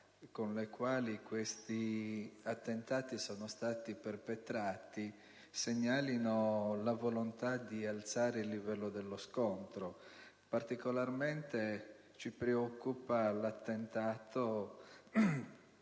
con le quali questi attentati sono stati perpetrati segnalino la volontà di alzare il livello dello scontro. Ci preoccupa particolarmente l'attentato